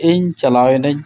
ᱤᱧ ᱪᱟᱞᱟᱣᱮᱱᱟᱹᱧ